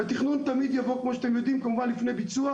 ותכנון תמיד קורה לפני ביצוע.